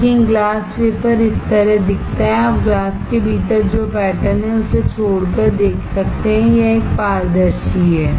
लेकिन glass wafer इस तरह दिखता है आप ग्लास के भीतर जो पैटर्न है उसे छोड़कर देख सकते हैं यह एक पारदर्शी है